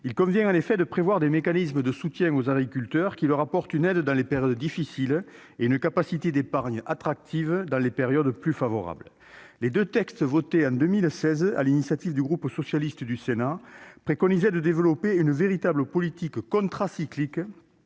il convient de prévoir des mécanismes de soutien aux agriculteurs qui leur apportent une aide dans les périodes difficiles et une capacité d'épargne attractive dans les périodes plus favorables. Les deux textes votés en 2016 sur l'initiative du groupe socialiste et républicain du Sénat préconisaient de développer une véritable politique contracyclique